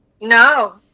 No